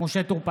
משה טור פז,